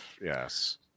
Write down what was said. Yes